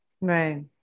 Right